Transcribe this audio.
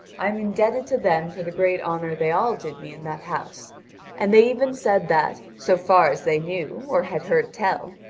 i am indebted to them for the great honour they all did me in that house and they even said that, so far as they knew or had heard tell,